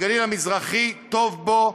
הגליל המזרחי טוב בו.